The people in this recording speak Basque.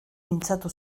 mintzatu